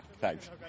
thanks